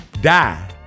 die